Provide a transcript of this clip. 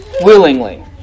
willingly